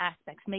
aspects